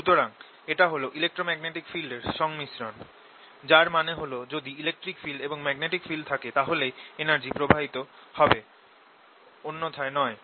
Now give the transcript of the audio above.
সুতরাং এটা হল ইলেক্ট্রোম্যাগনেটিক ফিল্ড এর সংমিশ্রণ যার মানে হল যে যদি ইলেকট্রিক ফিল্ড এবং ম্যাগনেটিক ফিল্ড থাকে তাহলেই এনার্জি প্রবাহিত হবে অন্যথায় নয়